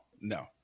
no